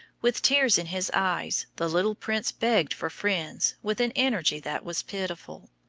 with tears in his eyes the little prince begged for friends with an energy that was pitiful.